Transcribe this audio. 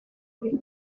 hori